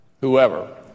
whoever